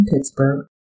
Pittsburgh